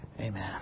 Amen